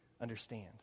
understand